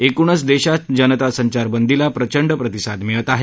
एकूणच देशात जनता संचारबंदीला प्रचंड प्रतिसाद मिळत आहे